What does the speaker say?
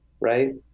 Right